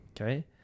Okay